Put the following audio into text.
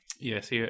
Yes